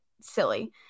silly